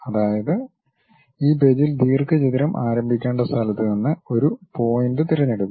അതായത് ഈ പേജിൽ ദീർഘചതുരം ആരംഭിക്കേണ്ട സ്ഥലത്ത് നിന്ന് ഒരു പോയിന്റ് തിരഞ്ഞെടുക്കും